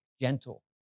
gentle